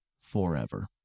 forever